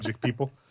people